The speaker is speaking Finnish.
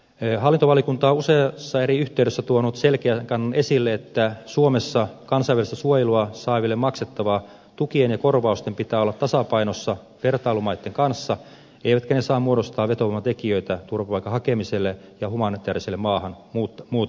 hallintovaliokunta on useassa eri yhteydessä tuonut selkeänä kantanaan esille että suomessa kansainvälistä suojelua saaville maksettavien tukien ja korvausten pitää olla tasapainossa vertailumaitten kanssa eivätkä ne saa muodostaa vetovoimatekijöitä turvapaikan hakemiselle ja humanitaariselle maahanmuutolle